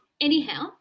anyhow